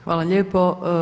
Hvala lijepo.